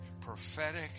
prophetic